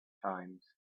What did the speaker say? times